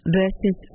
verses